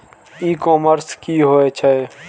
ई commerce की होए छै?